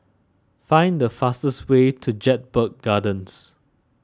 find the fastest way to Jedburgh Gardens